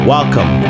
Welcome